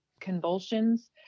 convulsions